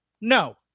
No